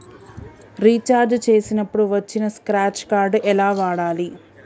Recharge చేసినప్పుడు వచ్చిన scratch card ఎలా వాడాలి?